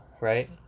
right